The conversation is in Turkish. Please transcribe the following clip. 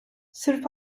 sırp